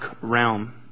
realm